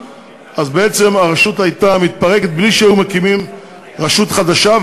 אז בעצם הרשות הייתה מתפרקת בלי שהיו מקימים רשות חדשה.